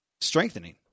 strengthening